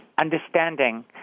understanding